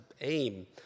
aim